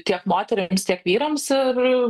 tiek moterims tiek vyrams ir